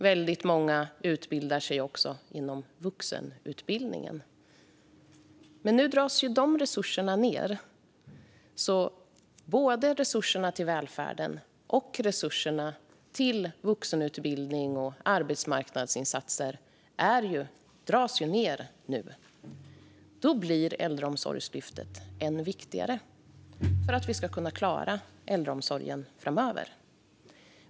Väldigt många utbildar sig också inom vuxenutbildningen. Men nu dras de resurserna ned. Både resurserna till välfärden och resurserna till vuxenutbildning och arbetsmarknadsinsatser dras ju ned nu. Då blir Äldreomsorgslyftet än viktigare för att vi ska kunna klara äldreomsorgen framöver.